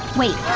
wait.